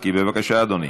נמנעים.